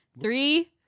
Three